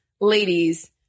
ladies